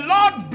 Lord